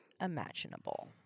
imaginable